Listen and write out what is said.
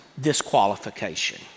disqualification